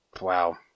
Wow